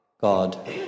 God